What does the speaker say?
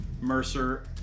Mercer